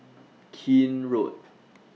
Keene Road